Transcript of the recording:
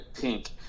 pink